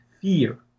fear